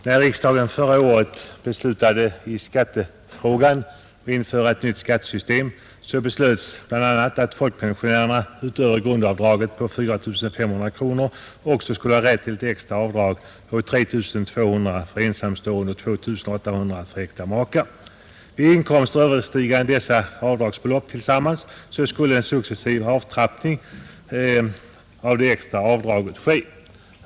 Herr talman! Vid förra årets riksdagsbeslut om ett nytt skattesystem 772 71. beslöts att folkpensionärerna utöver grundavdraget på 4 500 kronor också skulle ha rätt till ett extra avdrag på 3 200 kronor för ensamstående och 2 800 kronor för äkta makar. Vid inkomster överstigande dessa båda avdragsbelopp tillsammans skulle en successiv avtrappning av det extra av raget göras.